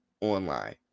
online